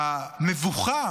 המבוכה